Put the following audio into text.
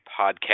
Podcast